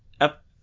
up